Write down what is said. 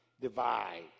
divide